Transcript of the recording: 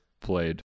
played